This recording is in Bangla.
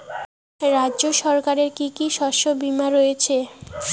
রাজ্য সরকারের কি কি শস্য বিমা রয়েছে?